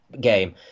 game